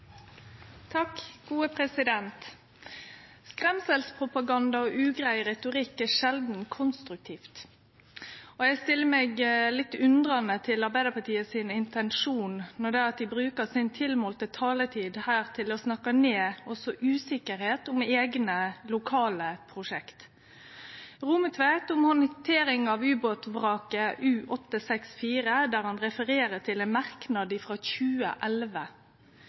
Arbeidarpartiet sin intensjon når dei brukar si tilmålte taletid her til å snakke ned og så usikkerheit om eigne lokale prosjekt. Rommetveit snakka om handtering av ubåtvraket U-864, der han refererte til ein merknad frå 2011.